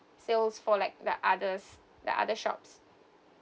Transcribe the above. sales for like the others the other shops